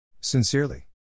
Sincerely